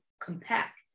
compact